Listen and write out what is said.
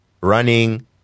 Running